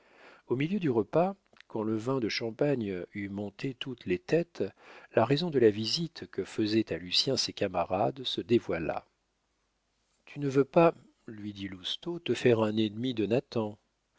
au milieu du repas quand le vin de champagne eut monté toutes les têtes la raison de la visite que faisaient à lucien ses camarades se dévoila tu ne veux pas lui dit lousteau te faire un ennemi de